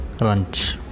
ranch